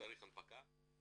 תאריך הנפקה של תעודת הזהות,